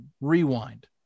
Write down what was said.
rewind